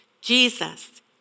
Jesus